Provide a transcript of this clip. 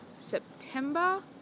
September